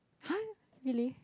!huh! really